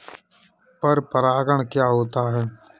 पर परागण क्या होता है?